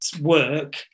work